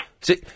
See